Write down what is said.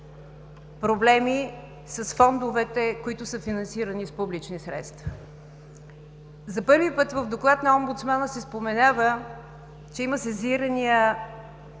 проблеми с фондовете, които са финансирани с публични средства. За първи път в доклад на омбудсмана се споменава, че има сезирания